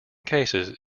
cases